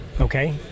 Okay